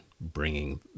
bringing